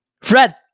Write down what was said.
Fred